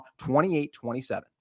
28-27